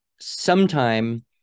sometime